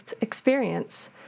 experience